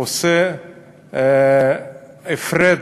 עושה הפרדה,